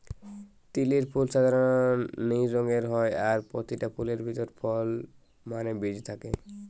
তিলের ফুল সাধারণ নীল রঙের হয় আর পোতিটা ফুলের ভিতরে ফল মানে বীজ থাকে